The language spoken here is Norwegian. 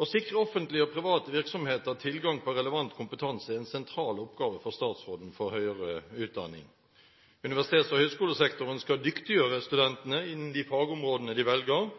Å sikre offentlige og private virksomheter tilgang på relevant kompetanse er en sentral oppgave for statsråden for høyere utdanning. Universitets- og høyskolesektoren skal dyktiggjøre studentene innen de fagområdene de velger.